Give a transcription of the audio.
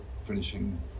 finishing